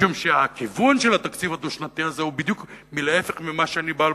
משום שהכיוון של התקציב הדו-שנתי הזה הוא בדיוק ההיפך ממה שאני מציע פה.